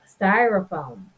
Styrofoam